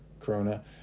corona